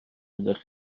dydych